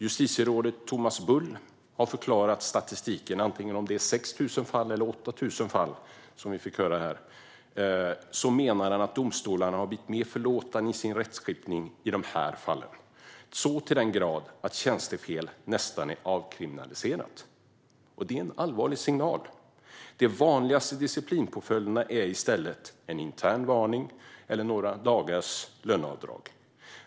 Justitierådet Thomas Bull kommenterar statistiken - om det nu är 8 000 fall eller 6 000 fall, som vi fick höra här - och menar att domstolarna har blivit mer förlåtande i sin rättskipning i de här fallen, så till den grad att tjänstefel nästan är avkriminaliserat. Det är en allvarlig signal. De vanligaste disciplinpåföljderna är i stället en intern varning eller några dagars löneavdrag.